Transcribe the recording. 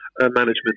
Management